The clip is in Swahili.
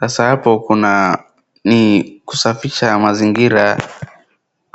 Sasa hapo kuna, ni kusafisha mazingira